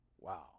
Wow